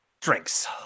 drinks